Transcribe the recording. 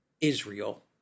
Israel